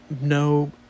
no